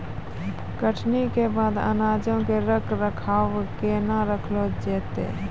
कटनी के बाद अनाजो के रख रखाव केना करलो जैतै?